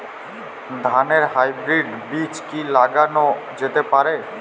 ধানের হাইব্রীড বীজ কি লাগানো যেতে পারে?